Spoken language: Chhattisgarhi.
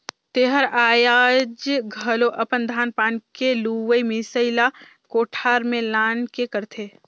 तेहर आयाज घलो अपन धान पान के लुवई मिसई ला कोठार में लान के करथे